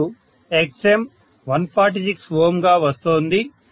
మరియు Xm 146Ω గా వస్తోంది